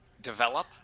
develop